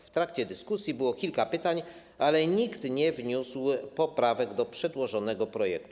W trakcie dyskusji było kilka pytań, ale nikt nie wniósł poprawek do przedłożonego projektu.